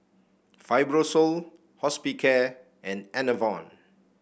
Fibrosol Hospicare and Enervon